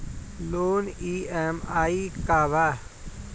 Loan EMI का बा?